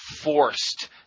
forced